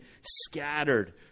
scattered